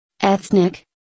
Ethnic